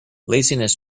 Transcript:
laziness